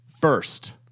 First